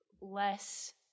less